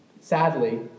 sadly